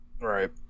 Right